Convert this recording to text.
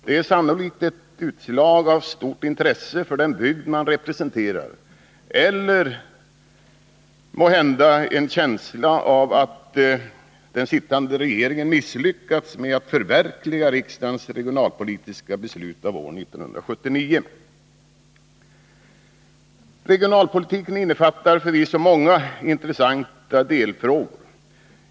Det är sannolikt ett utslag av stort intresse för den bygd man representerar eller måhända av en känsla av att den sittande regeringen misslyckats med att förverkliga riksdagens regionalpolitiska beslut av år 1979. Regionalpolitiken innefattar förvisso många intressanta delfrågor.